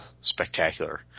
spectacular